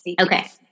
okay